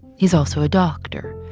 he's also a doctor,